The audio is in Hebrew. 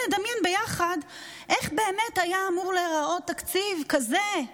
נדמיין ביחד איך באמת היה אמור להיראות תקציב כזה,